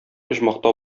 оҗмахта